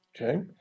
Okay